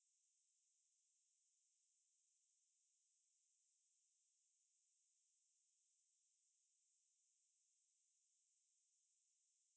err I think we have to live I mean we will you will enjoy the time while at the same time we have to make some difference lah